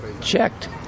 checked